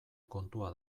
kontua